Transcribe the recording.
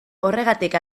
horregatik